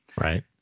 Right